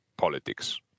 politics